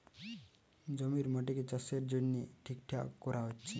জমির মাটিকে চাষের জন্যে ঠিকঠাক কোরা হচ্ছে